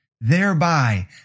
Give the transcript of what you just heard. thereby